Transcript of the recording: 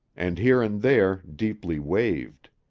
and here and there, deeply waved.